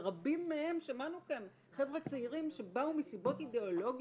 ורבים מהם שמענו כאן הם חבר'ה צעירים שבאו מסיבות אידיאולוגיות,